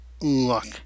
luck